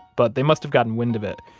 but they must have gotten wind of it,